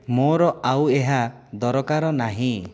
ମୋର ଆଉ ଏହା ଦରକାର ନାହିଁ